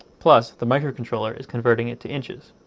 plus the microcontroller is converting it to inches.